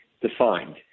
defined